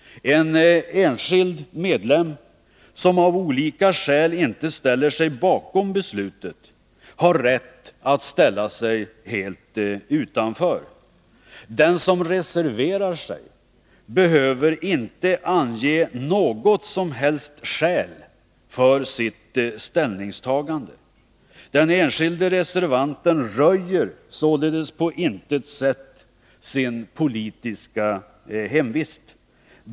En enskild medlem, som av olika skäl inte ställer sig bakom beslutet, har rätt att ställa sig helt utanför. Den som reserverar sig behöver inte ange något som helst skäl för sitt ställningstagande. Den enskilde reservanten röjer således på intet sätt sin politiska hemvist.